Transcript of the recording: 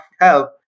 help